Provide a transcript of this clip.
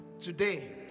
Today